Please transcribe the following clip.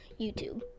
YouTube